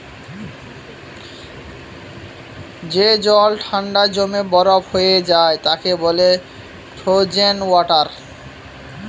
যে জল ঠান্ডায় জমে বরফ হয়ে যায় তাকে বলে ফ্রোজেন ওয়াটার